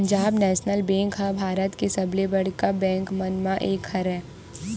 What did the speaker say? Punjab national bank ह भारत के सबले बड़का बेंक मन म एक हरय